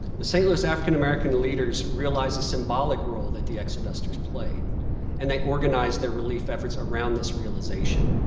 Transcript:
the st. louis african american leaders realized the symbolic role that the exodusters played and they organized their relief efforts around this realization.